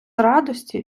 радості